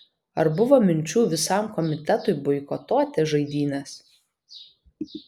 ar buvo minčių visam komitetui boikotuoti žaidynes